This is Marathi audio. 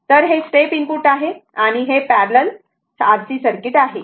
तर हे स्टेप इनपुट आणि हे पॅरलल RC सर्किट आहे